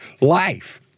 life